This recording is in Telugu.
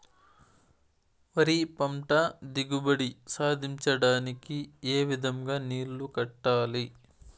వరి పంట దిగుబడి సాధించడానికి, ఏ విధంగా నీళ్లు కట్టాలి?